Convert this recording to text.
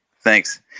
Thanks